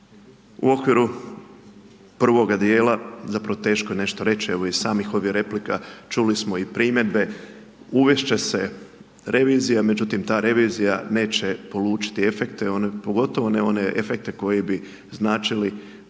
U okviru prvoga djela zapravo teško je nešto i reći, evo iz samih ovih replika, čuli smo i primjedbe, uvest će se revizija međutim ta revizija neće polučiti efekte, pogotovo ne one efekte koji bi značili značajnu